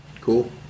cool